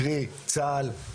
קרי צה"ל,